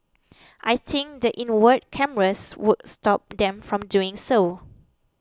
I think the inward cameras would stop them from doing so